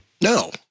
No